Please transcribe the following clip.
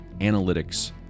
analytics